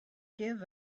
give